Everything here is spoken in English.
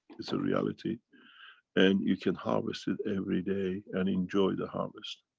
it's a reality and you can harvest it every day and enjoy the harvest.